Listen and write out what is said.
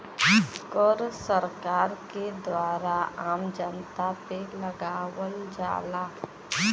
कर सरकार के द्वारा आम जनता पे लगावल जाला